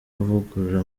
kuvugurura